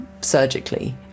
surgically